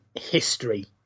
history